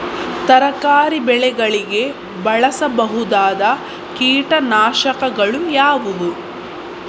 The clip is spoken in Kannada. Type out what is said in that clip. ತರಕಾರಿ ಬೆಳೆಗಳಿಗೆ ಬಳಸಬಹುದಾದ ಕೀಟನಾಶಕಗಳು ಯಾವುವು?